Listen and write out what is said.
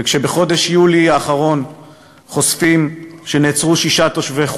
וכשבחודש יולי האחרון חושפים שנעצרו שישה תושבי חורה,